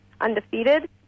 undefeated